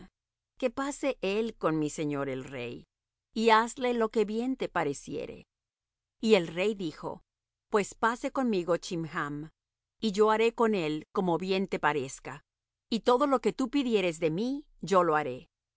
que pase él con mi señor el rey y hazle lo que bien te pareciere y el rey dijo pues pase conmigo chimham y yo haré con él como bien te parezca y todo lo que tú pidieres de mí yo lo haré